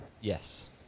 Yes